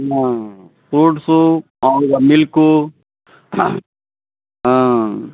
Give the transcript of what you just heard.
fruits మామూలుగా milk